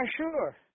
sure